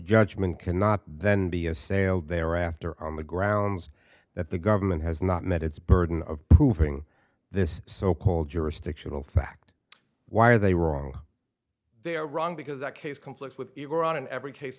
judgment cannot then be assailed they are after on the grounds that the government has not met its burden of proving this so called jurisdictional fact why are they wrong they are wrong because that case conflicts with iran in every case